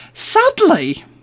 Sadly